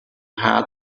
had